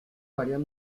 varias